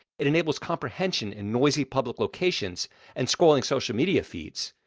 it enables comprehension in noisy public locations and scrolling social media feeds,